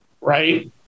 right